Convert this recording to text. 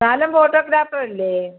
താനം photographer അല്ലേ